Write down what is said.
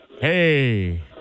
Hey